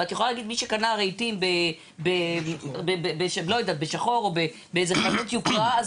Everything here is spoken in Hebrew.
ואת יכולה להגיד שמי שקנה רהיטים בשחור או בחנות יוקרה,